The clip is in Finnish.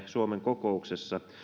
suomen kokouksessa